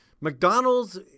McDonald's